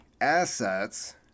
assets